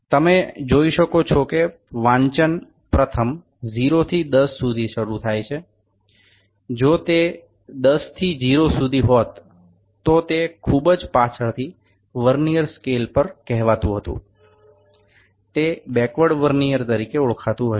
તમે જોઈ શકો છો કે વાંચન પ્રથમ 0 થી 10 સુધી શરૂ થાય છે જો તે 10 થી 0 સુધી હોત તો તે ખૂબ જ પાછળથી વર્નીઅર સ્કેલ પર કહેવાતું હતું તે બૅકવર્ડ વર્નીઅર તરીકે ઓળખાતું હશે